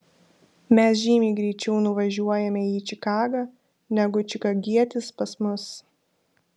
mes žymiai greičiau nuvažiuojame į čikagą negu čikagietis pas mus